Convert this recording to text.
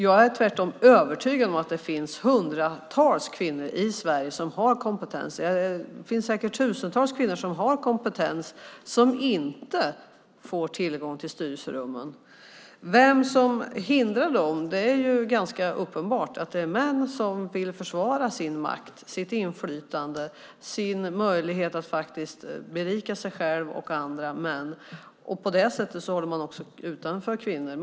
Jag är övertygad om att det finns hundratals, säkert tusentals, kvinnor i Sverige som har kompetens och inte får tillgång till styrelserummen. Vem som hindrar dem är ganska uppenbart. Det är män som vill försvara sin makt, sitt inflytande, sin möjlighet att berika sig själva och andra män. På det sättet håller man kvinnorna utanför.